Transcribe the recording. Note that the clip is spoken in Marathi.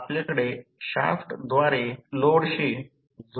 ही खूप सोपी गोष्ट आहे